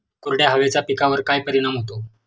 कोरड्या हवेचा पिकावर काय परिणाम होतो?